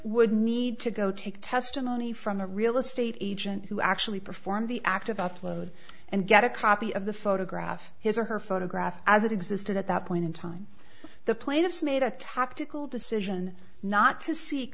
would need to go take testimony from a real estate agent who actually perform the act of upload and get a copy of the photograph his or her photograph as it existed at that point in time the plaintiffs made a tactical decision not to see